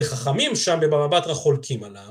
וחכמים שם בבבא בתרא חולקים עליו.